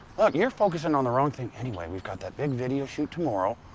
look, you're focusing on the wrong thing, anyway. we've got that big video shoot tomorrow.